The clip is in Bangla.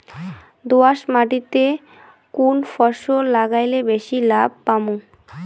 দোয়াস মাটিতে কুন ফসল লাগাইলে বেশি লাভ পামু?